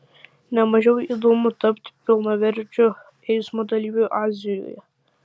ne mažiau įdomu tapti pilnaverčiu eismo dalyviu azijoje